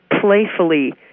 playfully